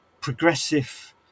progressive